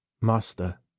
Master